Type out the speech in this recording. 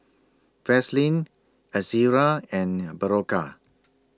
Vaselin Ezerra and Berocca